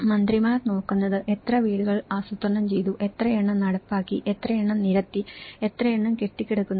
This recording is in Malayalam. മന്ത്രിമാർ നോക്കുന്നത് എത്ര വീടുകൾ ആസൂത്രണം ചെയ്തു എത്രയെണ്ണം നടപ്പാക്കി എത്രയെണ്ണം നിരത്തി എത്രയെണ്ണം കെട്ടിക്കിടക്കുന്നു